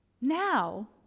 now